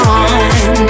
on